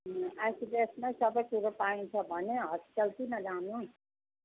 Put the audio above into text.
उम् आइसिडिएसमै सबै कुरो पाइन्छ भने हस्पिटल किन जानु